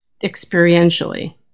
experientially